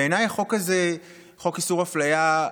בעיניי, החוק הזה, חוק איסור אפליה,